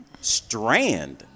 strand